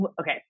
okay